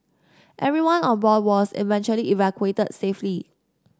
everyone on board was eventually evacuated safely